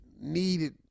needed